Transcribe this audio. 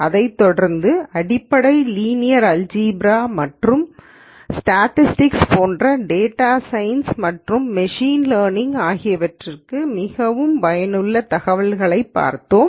அதைத்தொடர்ந்து அடிப்படை linear algebra மற்றும் ஸ்டேட்டிஸ்டிக்ஸ் போன்ற டேட்டா சயின்ஸ் மற்றும் மெஷின் லேர்னிங் ஆகியவற்றிற்கு மிகவும் பயனுள்ள தகவல்களை பார்த்தோம்